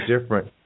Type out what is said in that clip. different